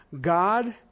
God